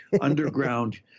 underground